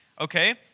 okay